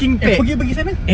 eh pergi pergi sana